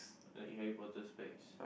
like Harry-Potter's specs